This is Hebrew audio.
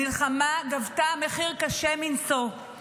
המלחמה גבתה מחיר קשה מנשוא.